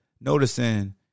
noticing